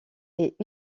est